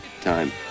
time